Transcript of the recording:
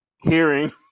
hearing